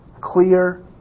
clear